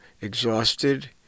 exhausted